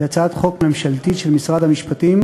היא הצעת חוק ממשלתית של משרד המשפטים,